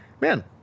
man